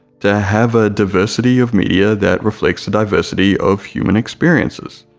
to have a diversity of media that reflects the diversity of human experiences,